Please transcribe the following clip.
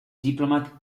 diplomat